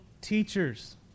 teachers